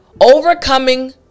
Overcoming